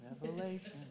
Revelation